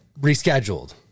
Rescheduled